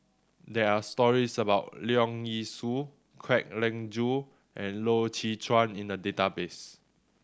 there are stories about Leong Yee Soo Kwek Leng Joo and Loy Chye Chuan in the database